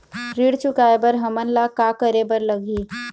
ऋण चुकाए बर हमन ला का करे बर लगही?